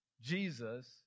Jesus